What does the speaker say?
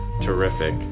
terrific